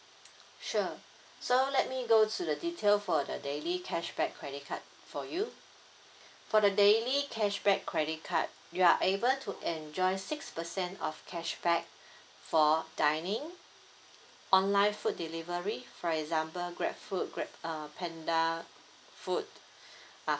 sure so let me go to the detail for the daily cashback credit card for you for the daily cashback credit card you're able to enjoy six percent of cashback for dining online food delivery for example grab food grab uh panda food uh